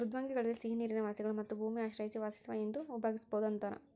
ಮೃದ್ವಂಗ್ವಿಗಳಲ್ಲಿ ಸಿಹಿನೀರಿನ ವಾಸಿಗಳು ಮತ್ತು ಭೂಮಿ ಆಶ್ರಯಿಸಿ ವಾಸಿಸುವ ಎಂದು ವಿಭಾಗಿಸ್ಬೋದು ಅಂತಾರ